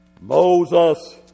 Moses